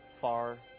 far